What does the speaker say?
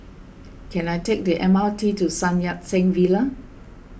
can I take the M R T to Sun Yat Sen Villa